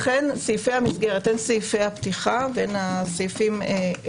לכן סעיפי המסגרת, הן סעיפי הפתיחה והן אלה בסיום,